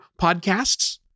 podcasts